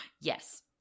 Yes